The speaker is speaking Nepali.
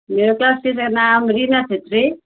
मेरो क्लास टिचरको नाम रीना छेत्री